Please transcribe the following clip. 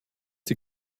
die